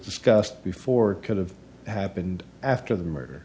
discussed before could have happened after the murder